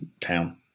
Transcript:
town